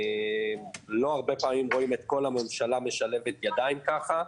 לא הרבה פעמים רואים את כל הממשלה משלבת ידיים כך.